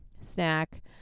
snack